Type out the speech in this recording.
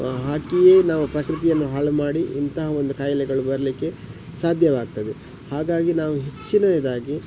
ಹಾಕಿಯೇ ನಾವು ಪ್ರಕೃತಿಯನ್ನು ಹಾಳು ಮಾಡಿ ಇಂತಹ ಒಂದು ಕಾಯಿಲೆಗಳು ಬರಲಿಕ್ಕೆ ಸಾಧ್ಯವಾಗ್ತದೆ ಹಾಗಾಗಿ ನಾವು ಹೆಚ್ಚಿನದಾಗಿ